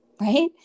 right